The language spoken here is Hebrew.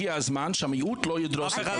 הגיע הזמן שהמיעוט לא ידרוס את הרוב.